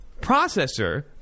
processor